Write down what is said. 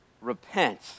Repent